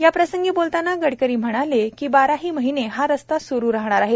याप्रसंगी बोलताना गडकरी म्हणाले की बाराही महिने हा रस्ता सुरु राहणार आहे